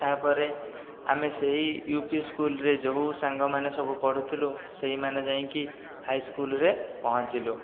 ତା'ପରେ ଆମେ ସେହି ୟୁ ପି ସ୍କୁଲ୍ରେ ଯେଉଁ ସାଙ୍ଗମାନେ ସବୁ ପଢ଼ୁଥିଲୁ ସେଇମାନେ ଯାଇଁକି ହାଇସ୍କୁଲ୍ରେ ପହଞ୍ଚିଲୁ